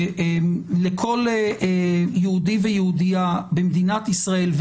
לכל יהודי ויהודייה במדינת ישראל,